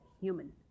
human